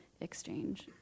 exchange